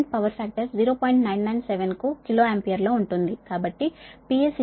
997 కు కిలో ఆంపియర్లో ఉంటుంది